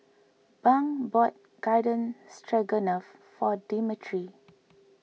Bunk bought Garden Stroganoff for Dimitri